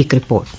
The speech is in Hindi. एक रिपोर्ट